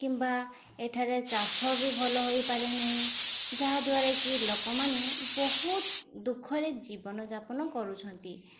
କିମ୍ବା ଏଠାରେ ଚାଷ ବି ଭଲ ହୋଇପାରେ ନାହିଁ ଯାହାଦ୍ୱାରା କି ଲୋକମାନେ ବହୁତ ଦୁଃଖରେ ଜୀବନଯାପନ କରୁଛନ୍ତି